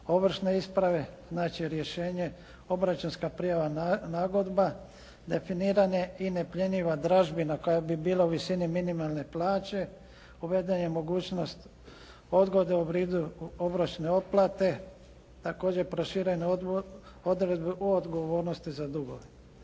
ovršne isprave, znači rješenje, obračunska prijava, nagodba, definiranje i nepljeniva dražbina koja bi bila u visini minimalne plaće, uvedena je mogućnost odgode u vidu obročne otplate, također proširene odredbe u odgovornosti za drugo.